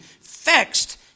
fixed